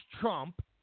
Trump